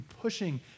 pushing